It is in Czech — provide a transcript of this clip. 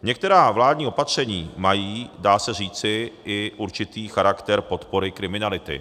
Některá vládní opatření mají, dá se říci, i určitý charakter podpory kriminality.